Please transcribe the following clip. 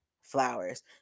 flowers